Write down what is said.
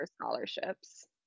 scholarships